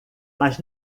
mas